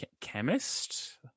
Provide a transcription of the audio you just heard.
chemist